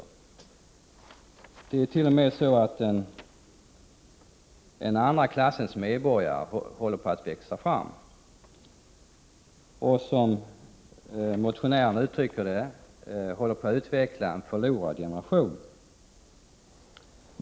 Det är t.o.m. så att en andra klass av medborgare håller på att växa fram. Som motionären uttrycker det håller vi på att utveckla en förlorad generation.